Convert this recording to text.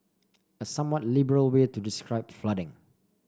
a somewhat liberal way to describe flooding